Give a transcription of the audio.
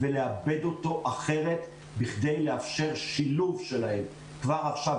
ולעבד אותו אחרת כדי לאפשר שילוב שלהם כבר עכשיו